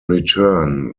return